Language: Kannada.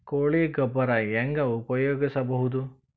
ಕೊಳಿ ಗೊಬ್ಬರ ಹೆಂಗ್ ಉಪಯೋಗಸಬಹುದು?